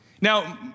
Now